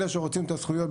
אלה שרוצים את הזכויות,